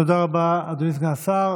תודה רבה, אדוני סגן השר.